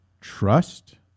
trust